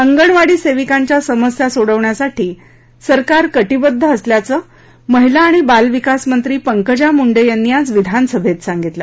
अंगणवाडी सेविकांच्या समस्या सोडवण्यासाठी सरकार कटिबद्ध असल्याचं महिला आणि बालविकास मंत्री पंकजा मंडे यांनी विधानसभेत सांगितलं